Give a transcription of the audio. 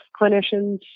clinicians